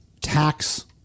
tax